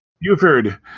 Buford